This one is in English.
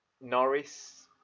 Norris